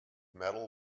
metal